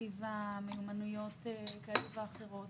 כתיבה ומיומנויות כאלה ואחרות,